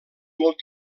molt